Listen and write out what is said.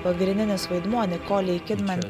pagrindinis vaidmuo nikolei kidman